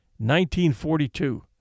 1942